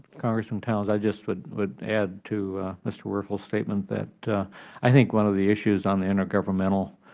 congressman towns, i just would would add to mr. werfel's statement that i think one of the issues on the intragovernmental